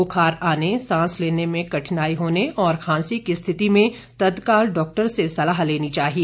बुखार आने सांस लेने में कठिनाई होने और खांसी की स्थिति में तत्काल डॉक्टर से सलाह लेनी चाहिए